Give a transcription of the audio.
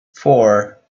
four